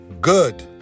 Good